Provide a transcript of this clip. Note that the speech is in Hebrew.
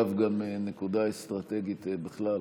אגב, זו גם נקודה אסטרטגית בכלל,